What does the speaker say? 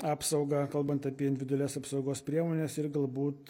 apsaugą kalbant apie individualias apsaugos priemones ir galbūt